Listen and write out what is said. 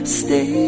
stay